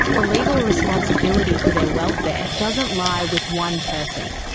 the legal responsibility for their welfare doesn't lie with one person.